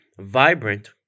vibrant